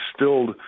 instilled